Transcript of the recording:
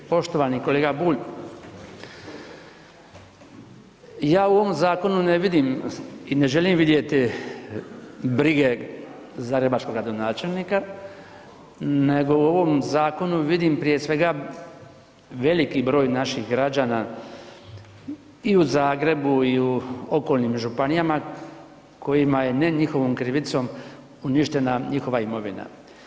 Poštovani kolega Bulj, ja u ovom zakonu ne vidim i ne želim vidjeti brige zagrebačkog gradonačelnika, nego u ovom zakonu vidim prije svega veliki broj naših građana i u Zagrebu i u okolnim županijama kojima je ne njihovom krivicom uništena njihova imovina.